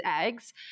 eggs